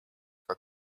for